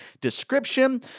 description